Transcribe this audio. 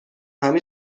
همه